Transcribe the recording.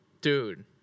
Dude